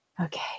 Okay